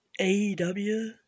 AEW